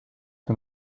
for